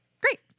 Great